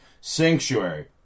Sanctuary